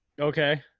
Okay